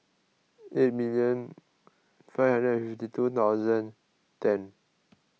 eight million five hundred and fifty two thousand ten